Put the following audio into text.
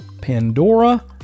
Pandora